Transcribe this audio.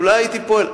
אולי הייתי פועל.